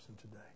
today